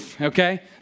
okay